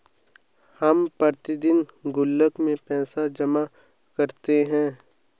हम प्रतिदिन गुल्लक में पैसे जमा करते है